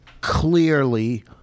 clearly